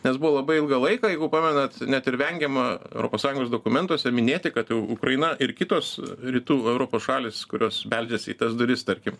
nes buvo labai ilgą laiką jeigu pamenat net ir vengiama europos sąjungos dokumentuose minėti kad ukraina ir kitos rytų europos šalys kurios beldžiasi į tas duris tarkim